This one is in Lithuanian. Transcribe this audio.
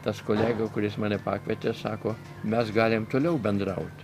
tas kolega kuris mane pakvietė sako mes galim toliau bendraut